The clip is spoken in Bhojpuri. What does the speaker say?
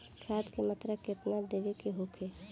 खाध के मात्रा केतना देवे के होखे?